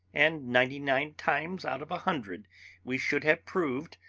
and ninety-nine times out of a hundred we should have proved,